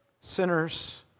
sinners